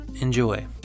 Enjoy